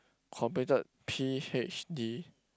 completed PhD